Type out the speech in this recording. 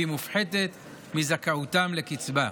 והיא מופחתת מזכאותם לקצבה.